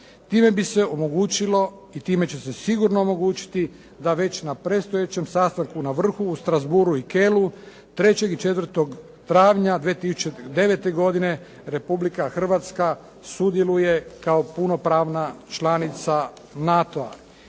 Time bi se omogućilo i time će se sigurno omogućiti da već na predstojećem sastanku, na Vrhu u Strassbourgu 3. i 4. travnja 2009. godine Republika Hrvatska sudjeluje kao punopravna članica NATO-a.